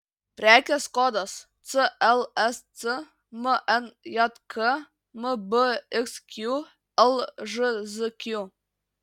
prekės kodas clsc mnjk mbxq lžzq